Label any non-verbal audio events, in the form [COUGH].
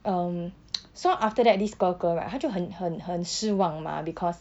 um [NOISE] so after that this 哥哥 right 他就很很很失望吗 because